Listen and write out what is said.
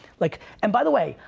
like and by the way,